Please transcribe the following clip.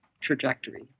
trajectory